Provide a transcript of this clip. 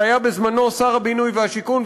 שהיה בזמנו שר הבינוי והשיכון,